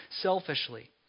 selfishly